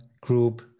group